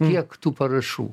kiek tų parašų